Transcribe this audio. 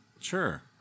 Sure